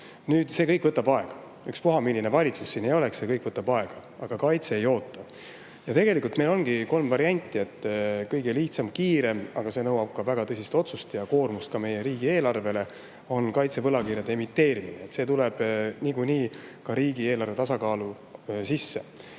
See kõik võtab aega. Ükspuha, milline valitsus siin ka ei oleks, see kõik võtab aega, aga kaitse ei oota. Tegelikult meil ongi kolm varianti. Kõige lihtsam, kiirem – aga see nõuab väga tõsist otsust ja ka koormust meie riigieelarvele – on kaitsevõlakirjade emiteerimine. See tuleb niikuinii ka riigieelarve tasakaalu sisse.